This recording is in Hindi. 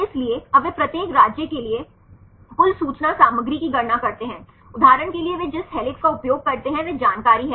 इसलिए अब वे प्रत्येक राज्य के लिए कुल सूचना सामग्री की गणना करते हैं उदाहरण के लिए वे जिस हेलिक्स का उपयोग करते हैं वह जानकारी है